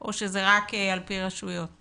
או שזה רק על פי רשויות?